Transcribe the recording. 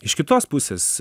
iš kitos pusės